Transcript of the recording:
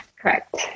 correct